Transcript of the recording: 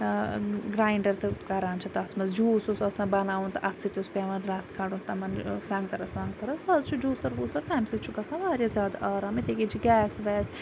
grinder تہٕ کَران چھِ تَتھ مَنٛز جوٗس اوس آسان بَناوُن تہٕ اَتھٕ سۭتۍ اوس پیٚوان رَس کَڑُن تمن سَنٛگتَرَس وَنٛگتَرَس آز چھ جوٗسَر ووٗسَر تمہِ سۭتۍ چھُ گَژھان واریاہ زیادٕ آرام اتھے کٔنۍ چھ گیس ویس